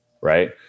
right